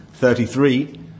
Thirty-three